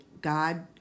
God